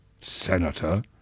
Senator